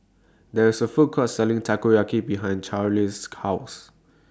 There IS A Food Court Selling Takoyaki behind Cali's House